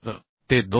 तर ते 227